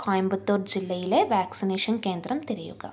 കോയമ്പത്തൂർ ജില്ലയിലെ വാക്സിനേഷൻ കേന്ദ്രം തിരയുക